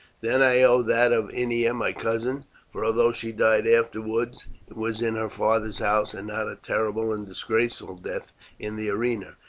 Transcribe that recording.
then i owe that of ennia, my cousin for although she died afterwards, it was in her father's house, and not a terrible and disgraceful death in the arena.